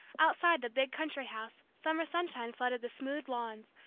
outside the big country house summer sunshine flooded the smooth lawns,